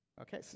Okay